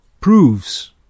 proves